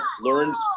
learns